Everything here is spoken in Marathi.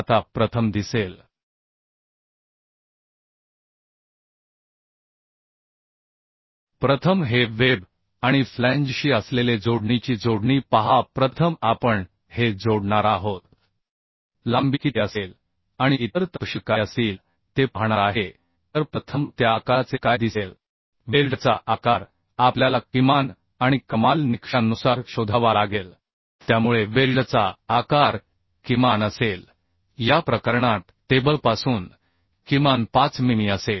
आता प्रथम दिसेल प्रथम हे वेब आणि फ्लॅंजशी असलेले जोडणीची जोडणी पहा प्रथम आपण हे जोडणार आहोत लांबी किती असेल आणि इतर तपशील काय असतील ते पाहणार आहे तर प्रथम त्या आकाराचे काय दिसेल वेल्डचा आकार आपल्याला किमान आणि कमाल निकषांनुसार शोधावा लागेल त्यामुळे वेल्डचा आकार किमान असेल या प्रकरणात टेबलपासून किमान 5 मिमी असेल